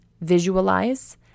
Visualize